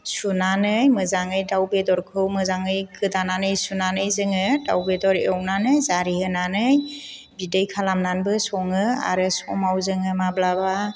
सुनानै मोजाङै दाउ बेदरखौ मोजाङै गोदानानै सुनानै जोङो दाउ बेदर एवनानै जारि होनानै बिदै खालामनानैबो सङो आरो समाव जोङो माब्लाबा